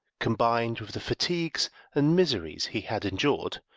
combined with the fatigues and miseries he had endured,